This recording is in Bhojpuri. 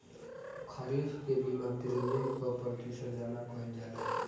खरीफ के बीमा प्रमिएम क प्रतिशत जमा कयील जाला?